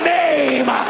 name